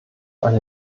eine